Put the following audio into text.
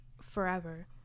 forever